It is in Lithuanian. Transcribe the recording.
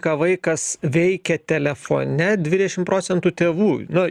ką vaikas veikia telefone dvidešimt procentų tėvų na